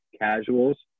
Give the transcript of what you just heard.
casuals